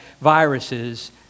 viruses